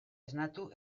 esnatu